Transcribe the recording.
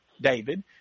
David